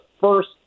first